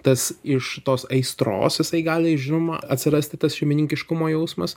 tas iš tos aistros jisai gali žinoma atsirasti tas šeimininkiškumo jausmas